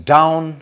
Down